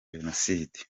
jenoside